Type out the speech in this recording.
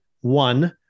one